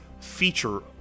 feature